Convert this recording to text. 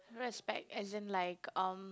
respect as in like um